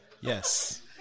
Yes